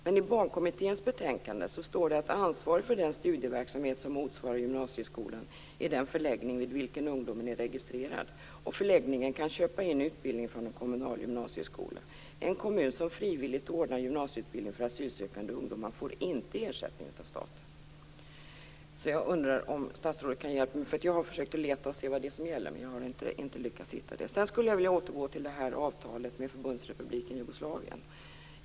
Men i Barnkommitténs betänkande står det att ansvarig för den studieverksamhet som motsvarar gymnasieskolan är den förläggning vid vilken ungdomarna är registrerade. Förläggningen kan köpa in utbildning från en kommunal gymnasieskola. En kommun som frivilligt ordnar gymnasieutbildning för asylsökande ungdomar får inte ersättning av staten. Jag undrar om statsrådet kan hjälpa mig. Jag har försökt leta för att se vad det är som gäller, men jag har inte lyckats hitta det. Sedan skulle jag vilja återgå till avtalet med Förbundsrepubliken Jugoslavien.